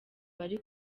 bari